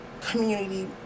community